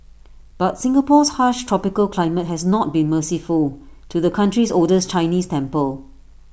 but Singapore's harsh tropical climate has not been merciful to the country's oldest Chinese temple